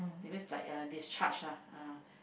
they just like uh discharge lah ah